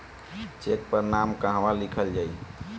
Check पर नाम कहवा लिखल जाइ?